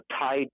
tied